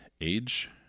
age